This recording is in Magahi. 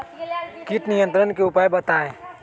किट नियंत्रण के उपाय बतइयो?